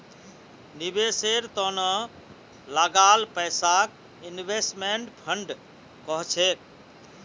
निवेशेर त न लगाल पैसाक इन्वेस्टमेंट फण्ड कह छेक